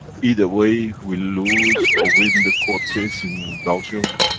either way, we lose or win the court case in belgium,